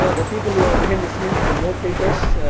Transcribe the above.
the people who are behind the scenes, the note takers,